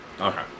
Okay